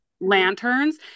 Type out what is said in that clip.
lanterns